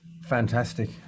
fantastic